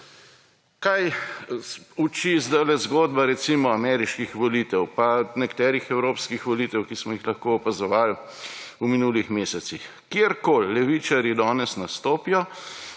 Kaj uči sedaj zgodba, recimo, ameriških volitev pa nekaterih evropskih volitev, ki smo jih lahko opazovali v minulih mesecih? Kjerkoli levičarji danes nastopijo,